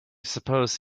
suppose